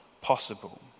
possible